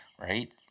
right